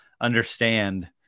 understand